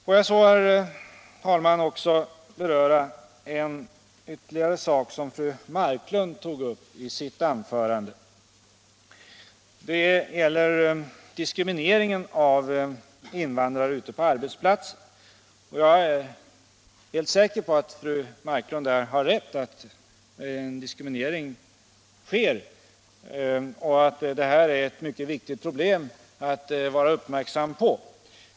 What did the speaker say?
Låt mig så, herr talman, beröra ytterligare en sak, som fru Marklund tog upp i sitt anförande. Det gäller diskrimineringen av invandrare på arbetsplatserna. Jag är säker på att fru Marklund har rätt i att det sker en diskriminering. Detta är ett mycket viktigt problem att vara uppmärksam på.